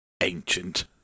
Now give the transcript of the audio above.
ancient